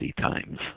times